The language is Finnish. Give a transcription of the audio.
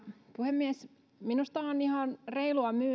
puhemies minusta on ihan reilua